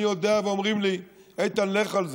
אני יודע ואומרים לי: איתן, לך על זה.